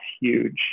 huge